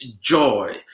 joy